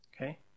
Okay